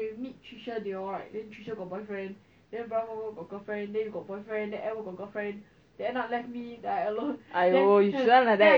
okay fine I don't know can or not sia should I should I start another oh my god I should just start recording two then I say like accidentally off [one] right